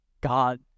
God